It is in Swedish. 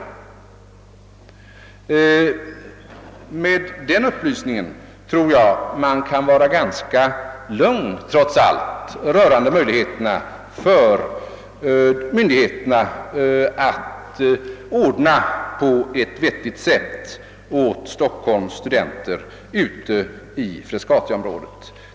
Med den upplysningen tror jag att man trots allt kan vara ganska lugn rörande möjligheterna för myndigheterna att ordna förhållandena på ett vettigt sätt åt Stockholms studenter ute på Frescati-området.